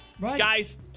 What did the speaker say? guys